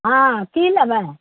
हाँ की लेबय